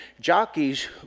jockeys